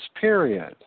period